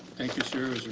thank you sir.